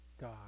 God